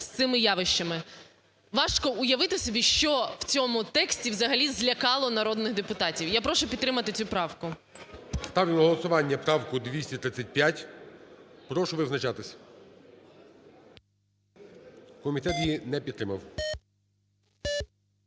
з цими явищами. Важко уявити собі, що в цьому тексті взагалі злякало народних депутатів. Я прошу підтримати цю правку. ГОЛОВУЮЧИЙ. Ставлю на голосування правку 235. Прошу визначатись. Комітет її не підтримав.